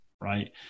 right